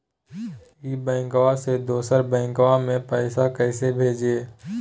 ई बैंकबा से दोसर बैंकबा में पैसा कैसे भेजिए?